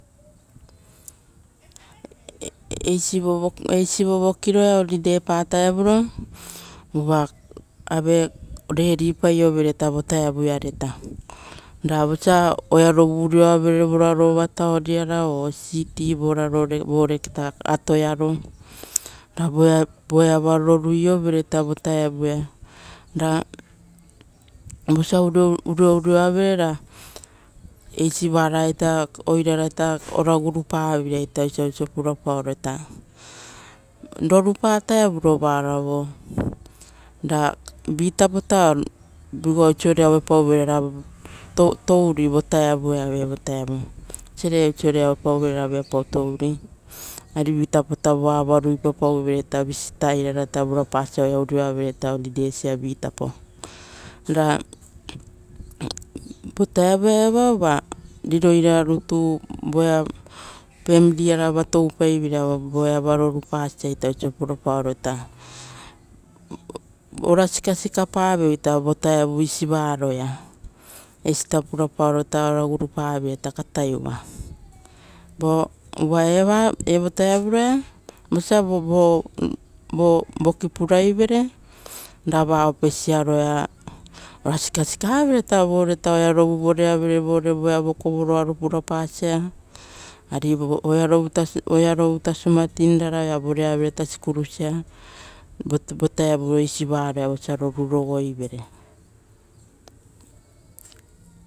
Eisi vova eisi vovokiroia reareapa vutaro. Uva a vatapopo paioveiraita vo, ra vosia oarovu urioavere vorarova taoniara o city voarore voreita atoiare, ra voa voeava roruiovereita vo vutaia, ra vosa uruiriavere eisivaiaita oiraraita ova gorupaveiraita oisioosa purapaoroita rorupa varao vo, ra vitapoita vigoa oisiore auepau vere ra touri vo vo vutaia evo vuta, esere osiore auepau vere ra viapau touri ari vitapoita voa ava ruipapa-uvereta taveteiraraita vurapasia oea urioavere reareasia viita. Ra vo vutaia eva uva riroirara rutu voea riro aorova toupau veira voeava rorapasa ita oiso purapaoroita "ora sikasikapa vioita vo vutaia isivaroea eisita purapaoroita ora guropaveira katae ua. Vo uva evo vutaroia vosa vova voki puraive ra va opesiaroia ora sikasikavereita voreita voreita vorea vere voa. Vokovoro aro pura pasa, ari oearovuta oearovuita tarai oupairara oea varea vereita taraea ousia vo vutaia isivaroia vo rorurogo-ivere.